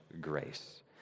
grace